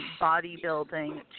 bodybuilding